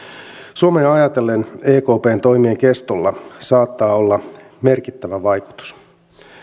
suomea ajatellen ekpn toimien kestolla saattaa olla merkittävä vaikutus